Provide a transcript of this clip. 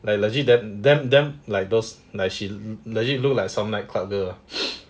like legit damn damn damn like those like she legit look like some nightclub girl ah